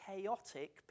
chaotic